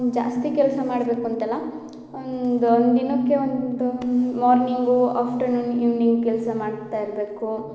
ಜಾಸ್ತಿ ಕೆಲಸ ಮಾಡಬೇಕಂತಲ್ಲ ಒಂದು ಒಂದು ದಿನಕ್ಕೆ ಒಂದು ಮಾರ್ನಿಂಗು ಆಫ್ಟರ್ನೂನ್ ಈವ್ನಿಂಗ್ ಕೆಲಸ ಮಾಡ್ತಾ ಇರಬೇಕು